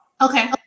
Okay